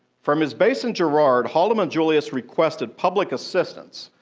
from his base in girard, haldeman-julius requested public assistance,